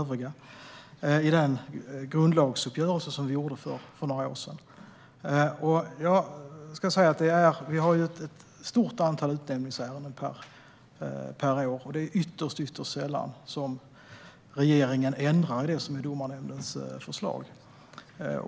Vi har ett stort antal utnämningsärenden per år, och det är ytterst sällan regeringen ändrar i Domarnämndens förslag.